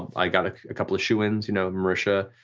i got a couple of shoe-ins, you know marisha,